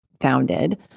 founded